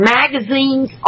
magazines